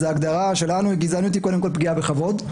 אז ההגדרה שלנו שגזענות היא קודם כול פגיעה בכבוד,